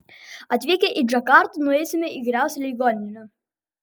atvykę į džakartą nueisime į geriausią ligoninę